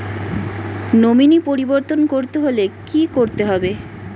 Nominee পরিবর্তন করতে হলে কী করতে হবে?